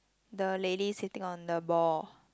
the lady sitting on the ball